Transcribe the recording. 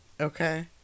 Okay